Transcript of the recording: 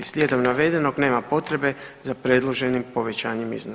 Slijedom navedenog nema potrebe za predloženim povećanjem iznosa.